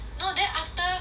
no then after